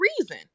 reason